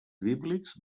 bíblics